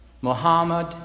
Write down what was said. Muhammad